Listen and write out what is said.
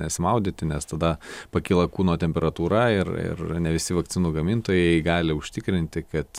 nesimaudyti nes tada pakyla kūno temperatūra ir ir ne visi vakcinų gamintojai gali užtikrinti kad